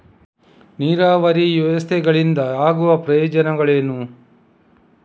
ನೀರಾವರಿ ವ್ಯವಸ್ಥೆಗಳಿಂದ ಆಗುವ ಪ್ರಯೋಜನಗಳೇನು?